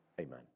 amen